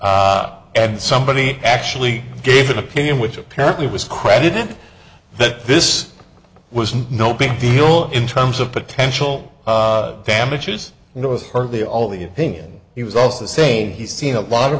t and somebody actually gave an opinion which apparently was credited but this was no big deal in terms of potential damages and it was hardly all the opinion he was also saying he's seen a lot of